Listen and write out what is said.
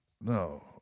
No